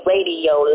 Radio